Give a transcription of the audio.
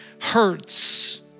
hurts